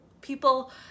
people